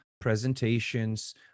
presentations